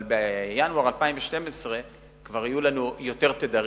אבל בינואר 2012 כבר יהיו לנו יותר תדרים,